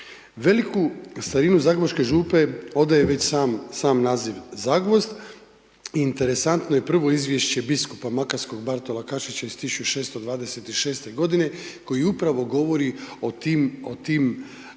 Veliku starinu zagrebačke župe odaje već sam naziv Zagvozd, interesantno je prvo izvješće biskupa makarskog Bartola Kašića iz 1626. g. koji upravo govori o tim popima